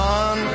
on